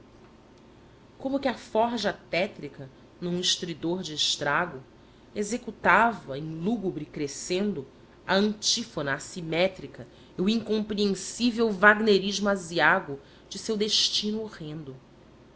como que a forja tétrica num estridor de estrago executava em lúgubre crescendo a antífona assimétrica e o incompreensível wagnerismo aziago de seu destino horrendo